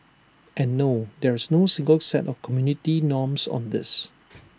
and no there is no single set of community norms on this